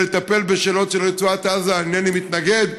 לטפל בשאלות של רצועת עזה: אינני מתנגד,